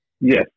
yes